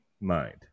mind